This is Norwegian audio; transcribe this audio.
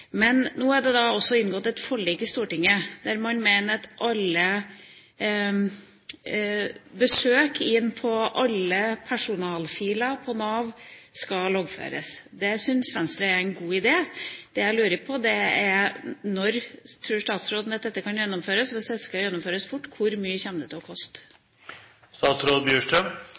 Men nå er det inngått et forlik i Stortinget, der man sier at man mener at alle besøk inn på personalfiler på Nav skal loggføres. Det syns Venstre er en god idé. Det jeg lurer på, er: Når tror statsråden dette kan gjennomføres, og hvis det skal gjennomføres fort, hvor mye kommer det til å